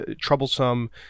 troublesome